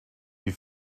you